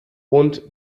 und